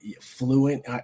fluent